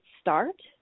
start